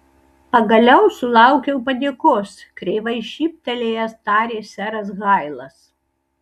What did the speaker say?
pagaliau sulaukiau padėkos kreivai šyptelėjęs tarė seras hailas